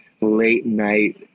late-night